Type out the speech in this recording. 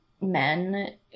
men